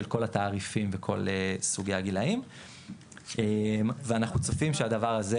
של כל התעריפים וכל סוגי הגילאים ואנחנו צופים שהדבר הזה,